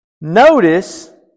Notice